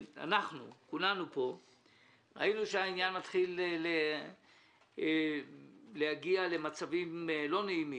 כולנו פה ראינו שהעניין מתחיל להגיע למצבים לא נעימים.